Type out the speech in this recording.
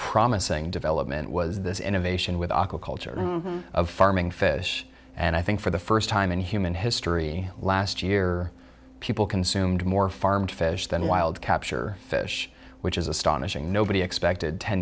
promising development was this innovation with aquaculture of farming fish and i think for the first time in human history last year people consumed more farmed fish than wild capture fish which is astonishing nobody expected ten